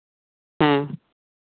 ᱦᱮᱸ